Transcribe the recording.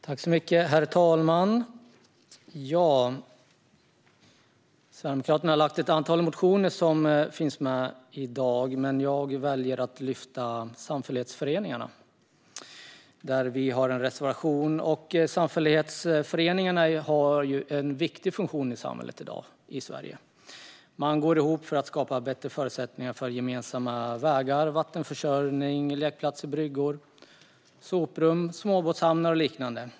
Herr talman! Sverigedemokraterna har lagt fram ett antal motioner som behandlas i detta betänkande. Men jag väljer att lyfta fram samfällighetsföreningarna. Vi har en reservation när det gäller det. Samfällighetsföreningarna har i dag en viktig funktion i samhället i Sverige. Man går ihop för att skapa bättre förutsättningar för gemensamma vägar, vattenförsörjning, lekplatser, bryggor, soprum, småbåtshamnar och liknande.